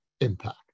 impact